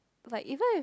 like even if